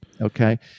okay